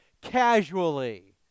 casually